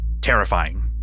terrifying